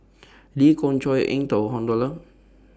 Lee Khoon Choy Eng Tow Han Lao DA